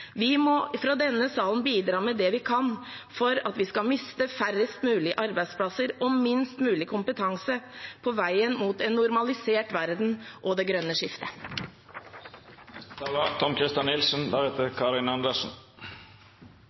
Vi må fra denne salen bidra med det vi kan for å miste færrest mulig arbeidsplasser og minst mulig kompetanse på veien mot en normalisert verden og det grønne skiftet.